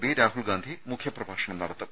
P Rahul Gandhi മുഖ്യ പ്രഭാഷണം നടത്തും